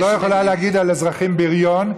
את לא יכולה להגיד על אזרחים "בריון",